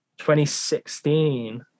2016